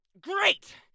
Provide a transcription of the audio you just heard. Great